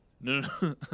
No